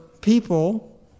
people